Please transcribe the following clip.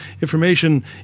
information